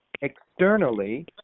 externally